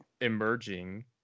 emerging